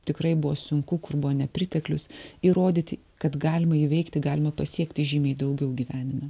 tikrai buvo sunku kur buvo nepriteklius įrodyti kad galima įveikti galima pasiekti žymiai daugiau gyvenime